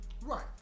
Right